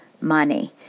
money